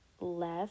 left